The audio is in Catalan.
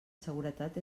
seguretat